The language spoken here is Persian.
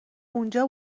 اونجا